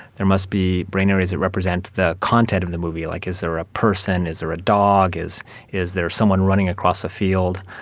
there must be brain areas that represent the content of the movie, like is there a person, is there a dog, is is there someone running across a field.